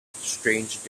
strange